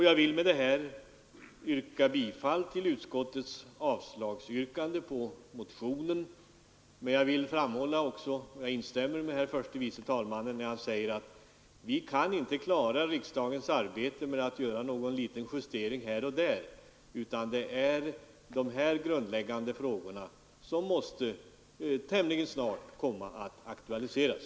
Jag vill med detta yrka bifall till utskottets avslagsyrkande på motionen, men jag instämmer med herr förste vice talmannen när han säger att vi inte kan klara riksdagens arbete i fortsättningen genom att göra någon liten justering här och där, utan de grundläggande orsakerna till arbetsbelastningen måste tämligen snart angripas.